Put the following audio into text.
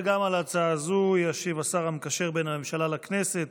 וגם על ההצעה הזו ישיב השר המקשר בין הממשלה לכנסת